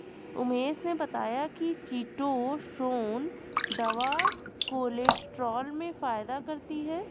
उमेश ने बताया कि चीटोसोंन दवा कोलेस्ट्रॉल में फायदा करती है